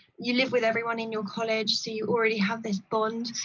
you live with everyone in your college so you already have this bond,